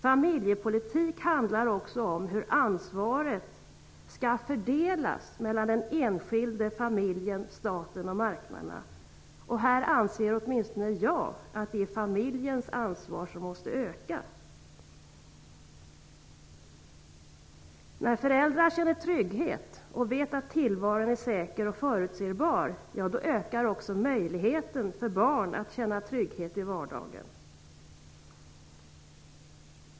Familjepolitik handlar också om hur ansvaret skall fördelas mellan den enskilde, familjen, staten och marknaderna. Här anser åtminstone jag att det är familjens ansvar som måste öka. När föräldrar känner trygghet och vet att tillvaron är säker och förutsägbar, ökar också möjligheten för barn att känna trygghet i vardagen.